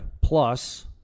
plus